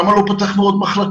למה לא פתחנו עוד מחלקות?